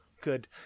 Good